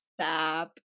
stop